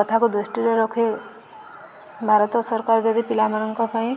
କଥାକୁ ଦୃଷ୍ଟିରେ ରଖି ଭାରତ ସରକାର ଯଦି ପିଲାମାନଙ୍କ ପାଇଁ